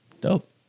Dope